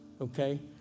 okay